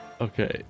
Okay